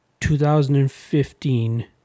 2015